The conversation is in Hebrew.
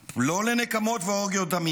לא לנקמות ואורגיות דמים.